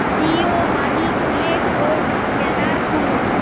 Jio money খুলে code scanner খুলুন